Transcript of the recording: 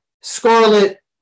scarlet